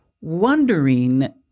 wondering